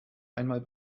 einmal